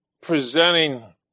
presenting